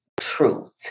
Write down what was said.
truth